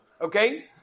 Okay